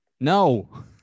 No